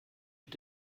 mit